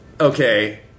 okay